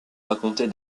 raconter